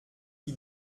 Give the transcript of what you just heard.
qui